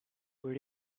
where